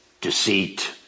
deceit